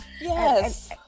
Yes